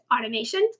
automation